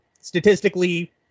Statistically